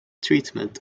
treatment